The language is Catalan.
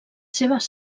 seves